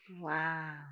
Wow